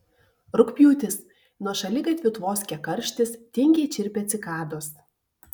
rugpjūtis nuo šaligatvių tvoskia karštis tingiai čirpia cikados